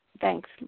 Thanks